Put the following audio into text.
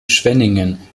schwenningen